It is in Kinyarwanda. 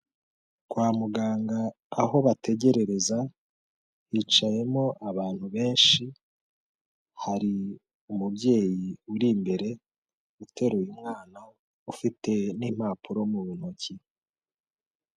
Kwa muganga aho bategererereza, hicayemo abantu benshi, hari umubyeyi uri imbere, uteruye mwana ufite n'impapuro mu ntoki.